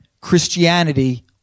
Christianity